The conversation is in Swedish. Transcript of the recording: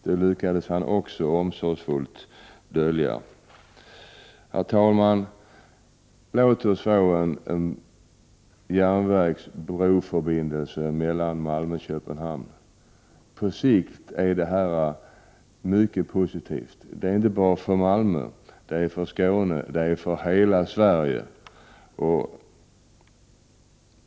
Det lyckades han omsorgsfullt dölja. Herr talman! Låt oss få en järnvägsbroförbindelse mellan Malmö och Köpenhamn. På sikt är detta mycket positivt inte bara för Malmö utan för Skåne och hela Sverige.